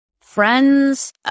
friends